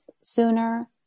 sooner